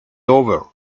over